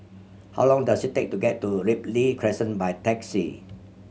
how long does it take to get to Ripley Crescent by taxi